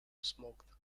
smoked